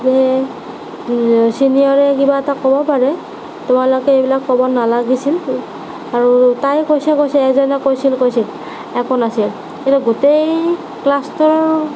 যে ছিনিয়ৰে কিবা এটা ক'ব পাৰে তোমালোকে এইবিলাক ক'ব নালাগিছিল আৰু তাই কৈছে কৈছে এজনে কৈছিল কৈছিল একো নাছিল কিন্তু গোটেই ক্লাছটোৰ